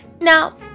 Now